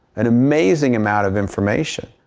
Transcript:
an amazing amount of information.